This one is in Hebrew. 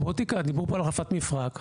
דיברו פה על החלפת מפרק,